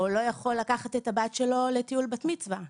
או לא יכול לקחת את הבת שלו לטיול בת מצווה,